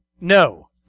no